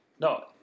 No